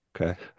Okay